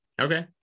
Okay